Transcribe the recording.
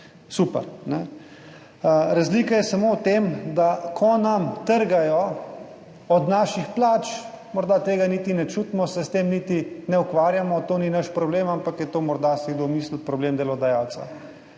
Super. Razlika je samo v tem, da ko nam trgajo od naših plač, morda tega niti ne čutimo, se s tem niti ne ukvarjamo. To ni naš problem, ampak je to, si morda kdo misli, problem delodajalca.